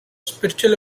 spiritual